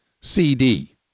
CD